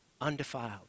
undefiled